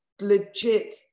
legit